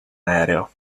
aereo